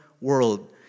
world